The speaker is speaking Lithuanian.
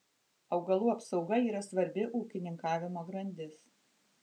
augalų apsauga yra svarbi ūkininkavimo grandis